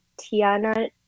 tiana